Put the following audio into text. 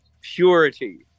purity